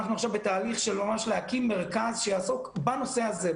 אנחנו עכשיו בתהליך של הקמת מרכז שיעסוק בנושא הזה,